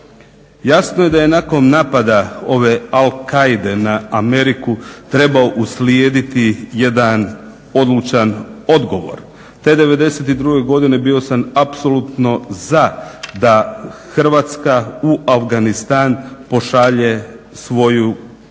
Jasno je da je nakon napada ove Al-Quaide na Ameriku trebao uslijediti jedan odlučan odgovor. Te '92. godine bio sam apsolutno za da Hrvatska u Afganistan pošalje svoju kako